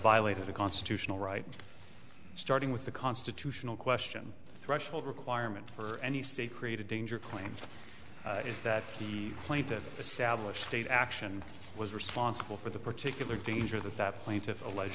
violated a constitutional right starting with the constitutional question threshold requirement for any state created danger claims is that the plaintiff established state action was responsible for the particular danger that plaintiff allege